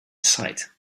sight